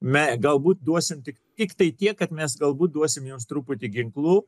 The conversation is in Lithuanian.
me galbūt duosim tik tiktai tiek kad mes galbūt duosim jums truputį ginklų